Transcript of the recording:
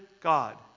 God